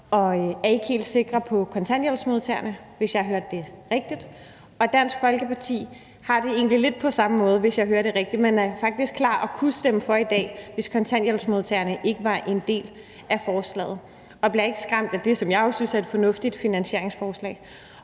og er ikke helt sikre på kontanthjælpsmodtagerne, hvis jeg hørte rigtigt, og Dansk Folkeparti har det lidt på samme måde, hvis jeg hørte rigtigt, men er faktisk klar og kunne stemme for i dag, hvis kontanthjælpsmodtagerne ikke var en del af forslaget, og de bliver ikke skræmt af det, som jeg jo også synes er et fornuftigt finansieringsforslag.